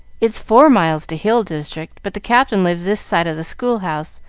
it's four miles to hill district, but the captain lives this side of the school-house.